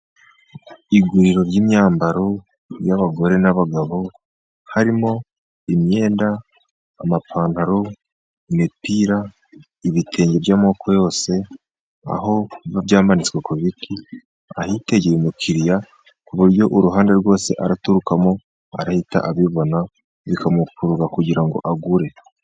Iguriro ry'imyambaro y'abagore n'abagabo harimo imyenda, amapantalo, imipira, ibitenge by'amoko yose, aho biba byamanitswe ku biti ahitegeye umukiriya, ku buryo uruhande rwose aturukamo ahita abibona, bikamukurura kugira ngo agure.